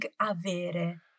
avere